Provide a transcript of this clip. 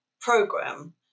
program